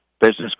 business